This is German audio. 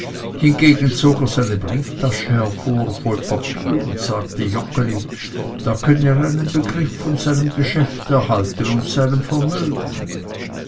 hingegen zog er eine brieftasche hervor voll papier und sagte joggeli da könne er einen begriff von seinem geschäft erhalten und seinem vermögen